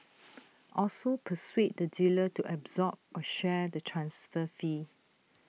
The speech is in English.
also persuade the dealer to absorb or share the transfer fee